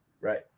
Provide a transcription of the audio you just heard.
Right